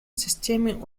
системийн